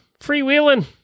freewheeling